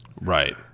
Right